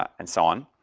and so on.